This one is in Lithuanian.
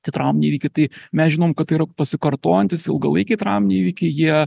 tie trauminiai įvykiai tai mes žinom kad tai yra pasikartojantys ilgalaikiai trauminiai įvykiai jie